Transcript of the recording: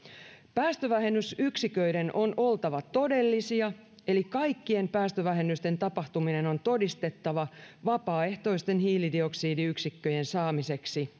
päästövähennysyksiköiden on oltava todellisia eli kaikkien päästövähennysten tapahtuminen on todistettava vapaaehtoisten hiilidioksidiyksikköjen saamiseksi